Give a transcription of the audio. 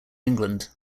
england